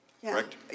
correct